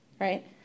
right